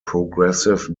progressive